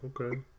Okay